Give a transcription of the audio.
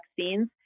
vaccines